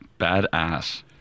Badass